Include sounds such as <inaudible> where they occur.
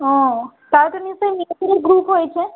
ও তালে তো নিশ্চই <unintelligible> গ্রুপ হয়েছে